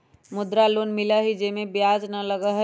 मुद्रा लोन मिलहई जे में ब्याज न लगहई?